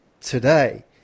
today